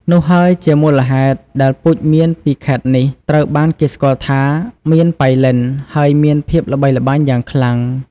នោះហើយជាមូលហេតុដែលពូជមៀនពីខេត្តនេះត្រូវបានគេស្គាល់ថា មៀនប៉ៃលិន ហើយមានភាពល្បីល្បាញយ៉ាងខ្លាំង។